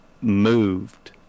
moved